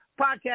Podcast